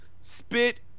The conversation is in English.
spit